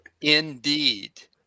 Indeed